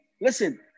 Listen